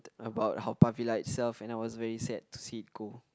about Haw-Par-Villa itself and I was very sad to see it go